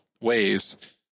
ways